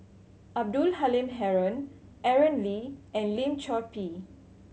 Abdul Halim Haron Aaron Lee and Lim Chor Pee